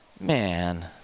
Man